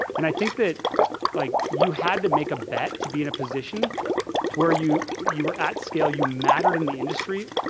and i think like you had to make a bet to be in a position where you you we're at scale, you mattered in the industry,